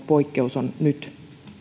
poikkeus on nyt